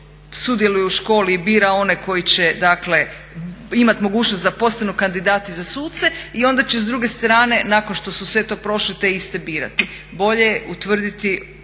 sudjeluje u školi i bira one koji će, dakle imati mogućnost da postanu kandidati za suce i onda će s druge strane nakon što su sve to prošli te iste birati. Bolje je utvrditi